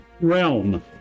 realm